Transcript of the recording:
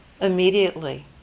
immediately